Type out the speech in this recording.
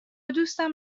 دوستم